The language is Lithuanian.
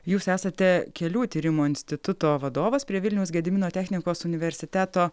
jūs esate kelių tyrimo instituto vadovas prie vilniaus gedimino technikos universiteto